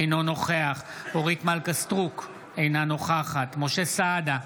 אינו נוכח אורית מלכה סטרוק, אינה נוכחת משה סעדה,